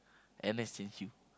N_S change you